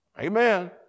Amen